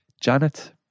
Janet